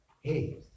Hey